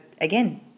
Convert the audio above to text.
again